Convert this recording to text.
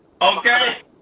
Okay